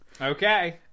Okay